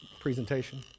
presentation